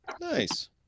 Nice